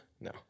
No